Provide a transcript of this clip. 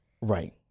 Right